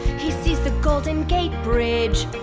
he sees the golden gate bridge.